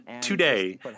today